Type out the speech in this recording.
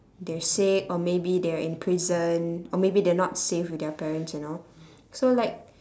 they're sick or maybe they're in prison or maybe they're not safe with their parents you know so like